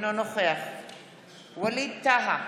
אינו נוכח ווליד טאהא,